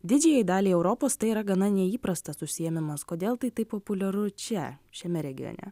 didžiajai daliai europos tai yra gana neįprastas užsiėmimas kodėl tai taip populiaru čia šiame regione